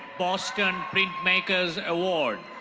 boston printmakers' award.